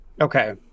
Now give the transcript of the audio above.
Okay